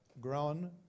grown